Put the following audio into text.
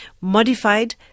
modified